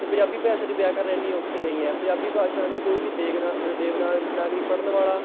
ਅਤੇ ਪੰਜਾਬੀ ਭਾਸ਼ਾ ਦੀ ਵਿਆਕਰਨ ਇੰਨੀ ਔਖੀ ਨਹੀਂ ਹੈ ਪੰਜਾਬੀ ਭਾਸ਼ਾ ਨੂੰ ਕੋਈ ਵੀ ਦੇਗਨਾਗ ਦੇਵਨਾਗ ਨਾਗਰੀ ਪੜ੍ਹਨ ਵਾਲਾ